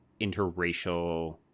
interracial